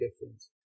difference